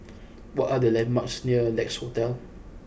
what are the landmarks near Lex Hotel